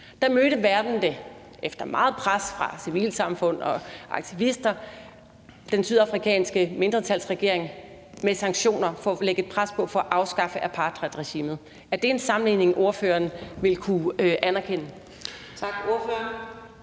Der mødte verden det efter meget pres fra civilsamfund og aktivister den sydafrikanske mindretalsregering med sanktioner for at lægge et pres på og for at afskaffe apartheidregimet. Er det en sammenligning, ordføreren vil kunne anerkende?